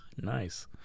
Nice